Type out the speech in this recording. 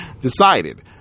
decided